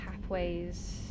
pathways